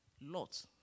Lot